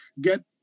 get